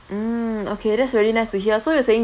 mm okay that's very nice to hear so you're saying